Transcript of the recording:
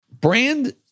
Brand